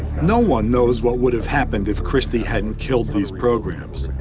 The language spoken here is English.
no one knows what would have happened if christie hadn't killed these programs,